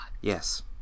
Yes